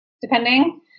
depending